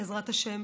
בעזרת השם,